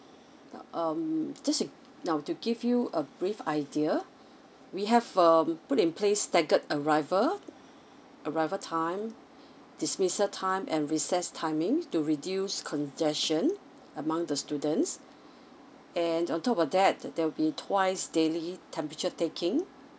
um just to now to give you a brief idea we have um put in place staggered arrival arrival time dismissal time and recess timing to reduce congestion among the students and on top of that there will be twice daily temperature taking